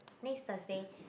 next Thursday